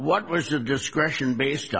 what was the discretion based